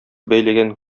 бәйләгән